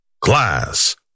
Class